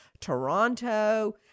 Toronto